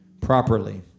properly